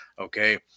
okay